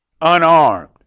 unarmed